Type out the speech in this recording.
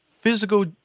physical